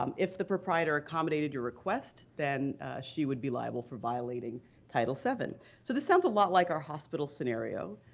um if the proprietor accommodated your request then she would be liable for violating title vii. so this sounds a lot like our hospital scenario.